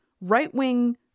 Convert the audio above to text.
right-wing